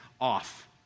off